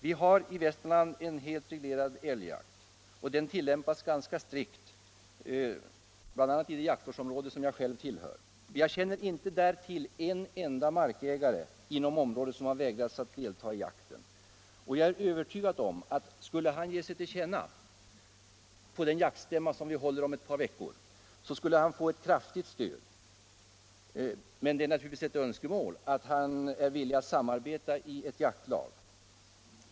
Vi har där helt reglerad älgjakt, och den tillämpas ganska strikt bl.a. i det jaktvårdsområde jag själv tillhör. Jag känner inte en enda markägare inom det området som har vägrats delta i jakten. Och jag är övertygad om att om någon sådan skulle ge sig till känna på den jaktstämma vi håller om ett par veckor skulle han få ett kraftigt stöd. Men det är naturligtvis ett önskemål att han är villig att samarbeta i ett jaktlag.